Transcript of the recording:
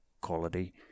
quality